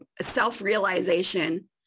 self-realization